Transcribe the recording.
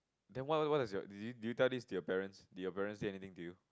then what what is your did you did you tell this to your parents did you parents say anything to you